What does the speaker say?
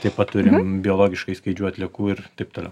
taip pat turim biologiškai skaidžių atliekų ir taip toliau